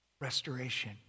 restoration